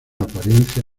apariencia